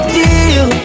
deal